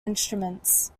instruments